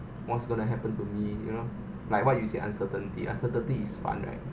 what's gonna happen to me you know like what you say uncertainty uncertainty is fun right